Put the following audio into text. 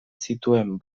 zituen